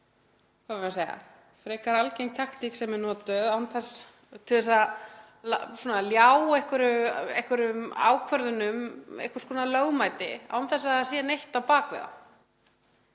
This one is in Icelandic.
hvað á ég að segja, frekar algeng taktík sem er notuð til að ljá einhverjum ákvörðunum einhvers konar lögmæti án þess að það sé neitt á bak við það.